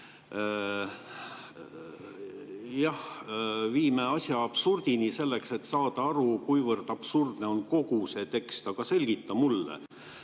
Jah, viime asja absurdini, selleks et saada aru, kuivõrd absurdne on kogu see tekst. Aga selgita mulle,